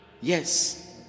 Yes